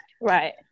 Right